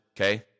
Okay